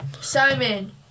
Simon